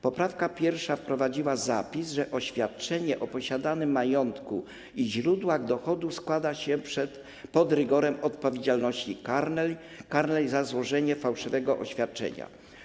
Poprawka 1. wprowadziła zapis, że oświadczenie o posiadanym majątku i źródłach dochodu składa się pod rygorem odpowiedzialności karnej za złożenie fałszywego oświadczenia.